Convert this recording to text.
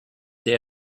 day